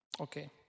Okay